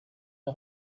wir